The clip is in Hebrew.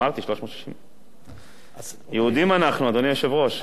אמרתי 364. יהודים אנחנו, אדוני היושב-ראש.